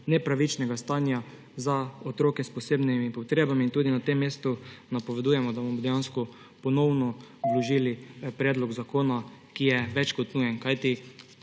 nepravičnega stanja za otroke s posebnimi potrebami. In tudi na tem mestu napovedujemo, da bomo dejansko ponovno vložili predlog zakona, ki je več kot nujen.